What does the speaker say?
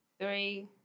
three